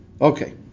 Okay